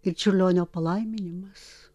ir čiurlionio palaiminimas